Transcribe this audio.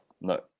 no